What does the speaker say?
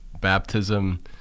Baptism